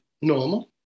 normal